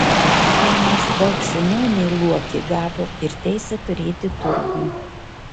kaimas daug seniau nei luokė gavo ir teisę turėti turgų